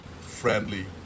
friendly